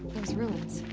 those ruins.